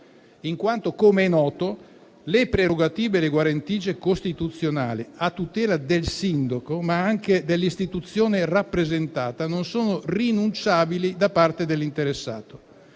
in quanto, com'è noto, le prerogative e le guarentigie costituzionali a tutela del singolo, ma anche dell'istituzione rappresentata, non sono rinunciabili da parte dell'interessato.